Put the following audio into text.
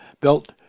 built